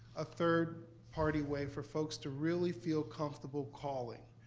a third party way for folks to really feel comfortable calling.